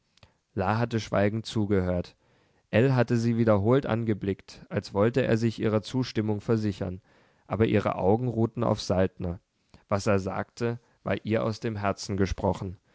la hatte schweigend zugehört ell hatte sie wiederholt angeblickt als wollte er sich ihrer zustimmung versichern aber ihre augen ruhten auf saltner was er sagte war ihr aus dem herzen gesprochen